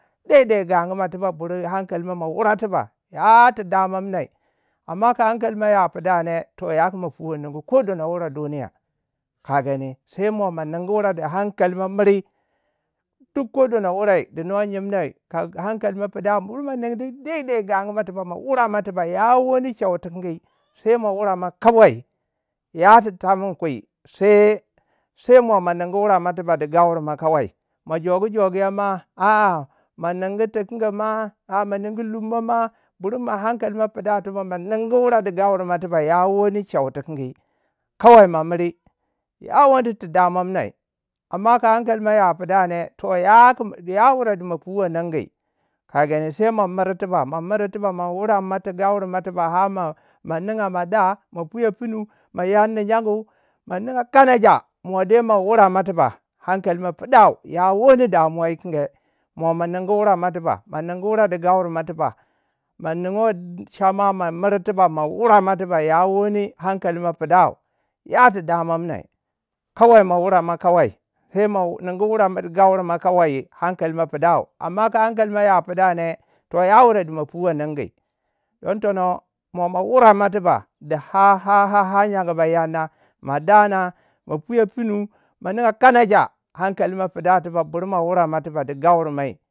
Dek dek gangu mo tiba. ma hankali mo. ma wurai mo tiba. ya ti damanmuwei. aman ka hankali mo ya pida ne. toh yaku mo puwei ningu ko dono wurei duniyau ka gani. Sai mo ma ningu wurei du. hankali mo miri. Duk ko di no wurei du no nyemnai ka hankali mo pida buri ma nindi daaidai gangu mo tiba. mo wure mai tiba, ya wani cheu ti kingi, sai mawurei ma kawai. yati ta minikwi sai- sai mo ma ningu wurei ma tiba di gaure mo kawai. ma jogu jogu you ma a ma ningu tikingi ma. ma ningu lummo ma buri mo hankali mo pida tiba. mo ningu wurei di gangu mo tiba. ya wani cheu ti kingi. kawai ma miri. Ya wani ti damanmuwai amman ka hankali mo ya pida ne, toh ya werei di ma puwi ningi. ka gani. sai ma miri tib ma werei mo ti gaure mei tiba. har mo ninga. mo dai mo puye pinu. ma yangui yangu. ma ninga kanacha, mo dai mo werie mo tiba hankali moi pidau ya wani damuwa tikingi. mo ma ningu wurei mo tiba. mo ningu wurei di gaure mo tiba. ma niwei cha ma. ma miri tiba. ma wurei mai tiba ya wani hankali mau pidau. Yati damanminei. kawai ma wurei ma kawai. sai mo ningu wurei du gaure mo kawai. hankali mau pidau. Amman ka hankali mo ya pida ne. toh ya wurei du ma puwei ningu. don tono, mo mo wurei mo tiba di har- ha- ha har yangu ba yanna. ma dana. ma puyei pinu. ma ninga kanacha. hankali mo pida tiba. bur mo wuri mo tiba di gaure mai.